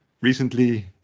recently